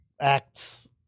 Acts